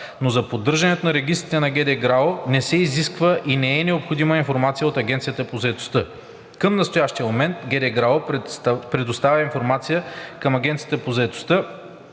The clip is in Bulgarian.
Но за поддържането на регистрите на ГД „ГРАО“ не се изисква и не е необходима информация от Агенцията по заетостта. Към настоящия момент ГД „ГРАО“ предоставя информация към Агенцията по заетостта,